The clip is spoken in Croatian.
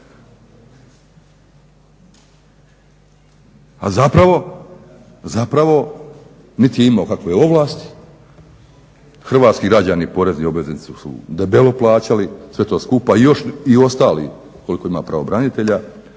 A zapravo niti je imao kakve ovlasti, hrvatski građani, porezni obveznici su debelo plaćali sve to skupa i još i ostali koliko ima pravobranitelja